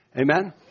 Amen